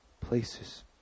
places